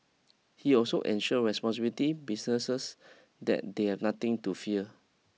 he also ensure responsibility businesses that they had nothing to fear